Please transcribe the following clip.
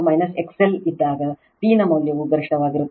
X g XL ಇದ್ದಾಗ P ನ ಮೌಲ್ಯವು ಗರಿಷ್ಠವಾಗಿರುತ್ತದೆ